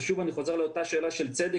ושוב אני חוזר לאותה שאלה של צדק,